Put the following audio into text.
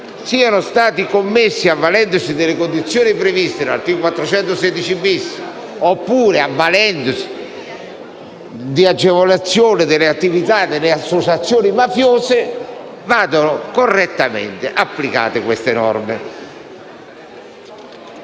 siano stati commessi avvalendosi delle condizioni previste dall'articolo 416-*bis* oppure al fine di agevolare l'attività delle associazioni mafiose, vadano correttamente applicate queste norme.